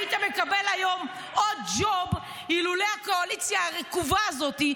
היית מקבל היום עוד ג'וב אילולא הקואליציה הרקובה הזאת,